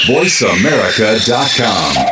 VoiceAmerica.com